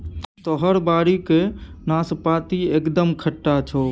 तोहर बाड़ीक नाशपाती एकदम खट्टा छौ